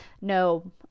no